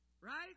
right